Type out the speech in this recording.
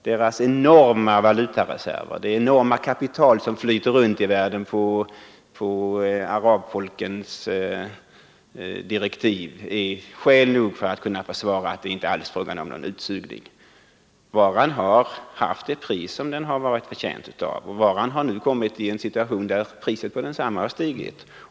Deras enorma valutareserver, det enorma kapital som flyter runt i världen på arabfolkens direktiv är bevis nog att det inte varit fråga om någon utsugning. Varan har haft det pris som den har varit förtjänt av. Varan har nu kommit i en situation där priset stigit.